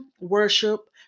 worship